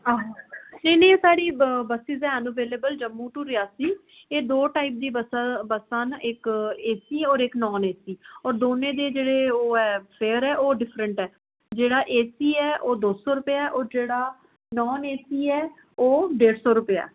नेईं नेईं साढ़ी बसेस हैन अवेलबल जम्मू टू रियासी एह् दो टाइप दी बस बस्सां न इक ए सी होर इक नान ए सी होर दोन्नें दे जेह्ड़े ओह् ऐ फेयर ऐ ओह् डिफरेंट ऐ जेह्ड़ा ए सी ऐ ओह् दो सौ रपेआ ऐ होर जेह्ड़ा नॉन ए सी एह् ओह् डेढ़ सौ रपेआ